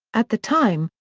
at the time,